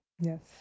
Yes